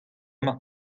mañ